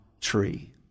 tree